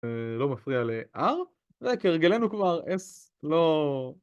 לא מפריע ל-R ורק הרגלינו כבר S לא...